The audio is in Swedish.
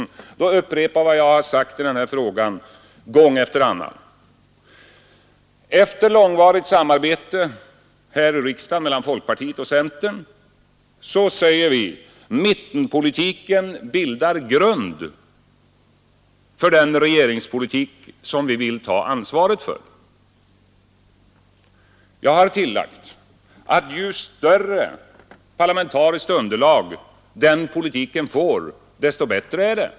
Men då upprepar jag vad jag har sagt i den här frågan gång efter annan: Efter långvarigt samarbete här i riksdagen mellan folkpartiet och centern fastslår vi att mittenpolitiken bildar grund för den regeringspolitik som vi vill ta ansvaret för. Jag har tillagt att ju större parlamentariskt underlag den politiken får desto bättre är det.